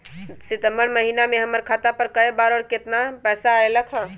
सितम्बर महीना में हमर खाता पर कय बार बार और केतना केतना पैसा अयलक ह?